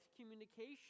communication